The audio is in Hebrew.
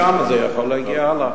אני מציע ועדה ומשם זה יכול להגיע הלאה.